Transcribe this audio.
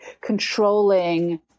controlling